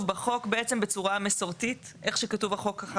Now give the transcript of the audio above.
שכתוב החוק,